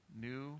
new